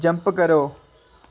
jump करो